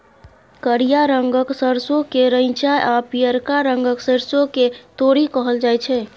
करिया रंगक सरसों केँ रैंचा आ पीयरका रंगक सरिसों केँ तोरी कहल जाइ छै